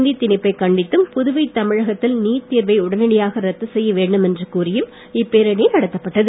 இந்தி திணிப்பை கண்டித்தும் புதுவை தமிழகத்தில் நீட் தேர்வை உடனடியாக ரத்து செய்ய வேண்டும் என்று கோரியும் பேரணி நடத்தப்பட்டது